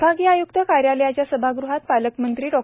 विभागीय आय्क्त कार्यालयाच्या सभागृहात पालकमंत्री डॉ